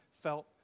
felt